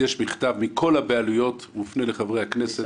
יש מכתב מכל הבעלויות שמופנה לחברי הכנסת,